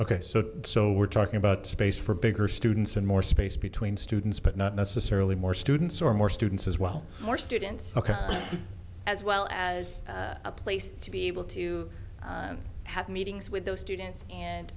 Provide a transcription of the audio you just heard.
ok so so we're talking about space for bigger students and more space between students but not necessarily more students or more students as well more students ok as well as a place to be able to have meetings with those students and